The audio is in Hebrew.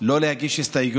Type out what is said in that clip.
הוא נמצא בקבינט.